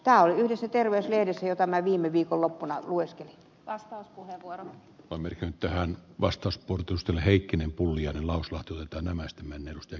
tämä oli yhdessä terveyslehdessä jota minä viime viikonloppuna lueskeli vastauspuheenvuoro on merkiltään vastaus pudotusten heikkinen pulliainen lauslahti että nämä stemmen edustaja